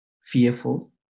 fearful